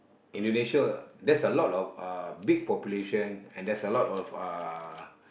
Indonesia there's a lot of uh big population and there's a lot of uh